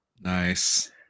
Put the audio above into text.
Nice